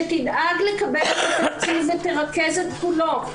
שתדאג לקבל את התקציב ותרכז את כולו,